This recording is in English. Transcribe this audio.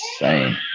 insane